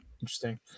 Interesting